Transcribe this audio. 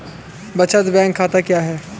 बचत बैंक खाता क्या है?